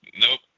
Nope